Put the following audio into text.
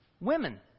Women